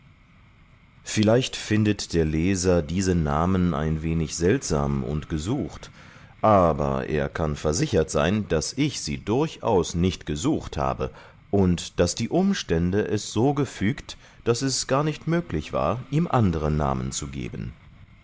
vielleicht findet der leser diese namen ein wenig seltsam und gesucht aber er kann versichert sein daß ich sie durchaus nicht gesucht habe und daß die umstände es so gefügt daß es gar nicht möglich war ihm andere namen zu geben